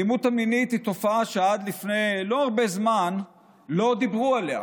האלימות המינית היא תופעה שעד לפני לא הרבה זמן לא דיברו עליה.